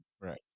Right